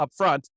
upfront